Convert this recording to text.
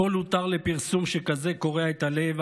כל "הותר לפרסום" שכזה קורע את הלב,